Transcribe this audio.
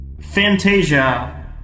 Fantasia